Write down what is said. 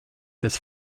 this